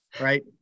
right